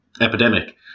epidemic